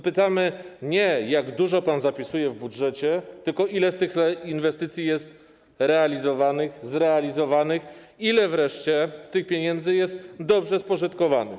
Pytamy nie o to, jak dużo pan zapisuje w budżecie, tylko ile z tych inwestycji jest realizowanych, zrealizowanych, ile wreszcie z tych pieniędzy jest dobrze spożytkowanych.